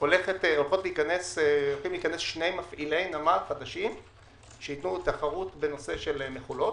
הולכים להיכנס שני מפעילי נמל חדשים שייתנו תחרות בנושא של מכולות.